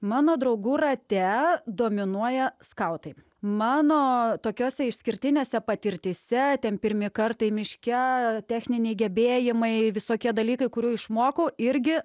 mano draugų rate dominuoja skautai mano tokiose išskirtinėse patirtyse ten pirmi kartai miške techniniai gebėjimai visokie dalykai kurių išmokau irgi